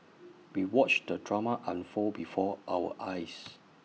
we watched the drama unfold before our eyes